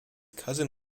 cousin